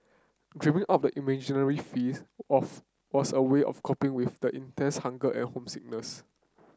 dreaming up the imaginary feasts of was a way of coping with the intense hunger and homesickness